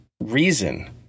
reason